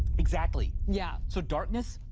exactly. yeah so darkness,